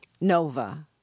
Nova